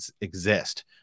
exist